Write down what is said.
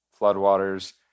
floodwaters